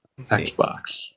Xbox